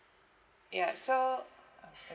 ya so